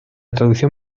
traducción